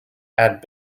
add